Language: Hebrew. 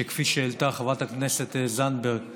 שכפי שהעלתה חברת הכנסת זנדברג,